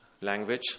language